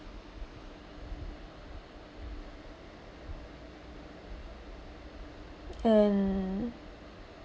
and